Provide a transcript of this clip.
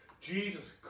Jesus